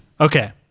Okay